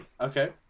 Okay